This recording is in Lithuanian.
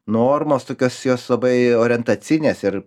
normos tokios jos labai orientacinės ir